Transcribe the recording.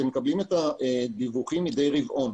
אתם מקבלים דיווחים מידי רבעון.